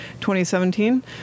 2017